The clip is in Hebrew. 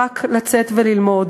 רק לצאת ללמוד.